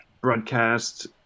broadcast